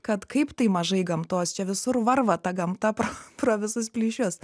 kad kaip tai mažai gamtos čia visur varva ta gamta pro pro visus plyšius